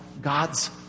God's